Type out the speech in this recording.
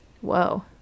Whoa